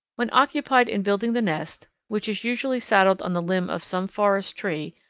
when occupied in building the nest, which is usually saddled on the limb of some forest tree,